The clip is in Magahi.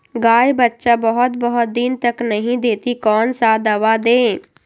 गाय बच्चा बहुत बहुत दिन तक नहीं देती कौन सा दवा दे?